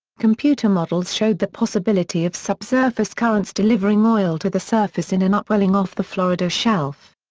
computer models showed the possibility of subsurface currents delivering oil to the surface in an upwelling off the florida shelf.